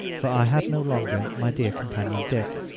for i had no longer my dear companion dick.